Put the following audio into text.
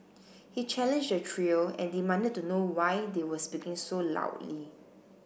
he challenged the trio and demanded to know why they were speaking so loudly